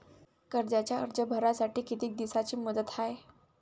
कर्जाचा अर्ज भरासाठी किती दिसाची मुदत हाय?